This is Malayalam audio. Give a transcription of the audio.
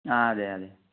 ആ അതെ അതെ